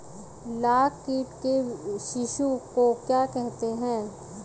लाख कीट के शिशु को क्या कहते हैं?